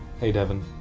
hey devon.